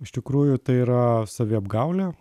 iš tikrųjų tai yra saviapgaulė